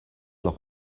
noch